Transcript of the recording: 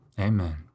Amen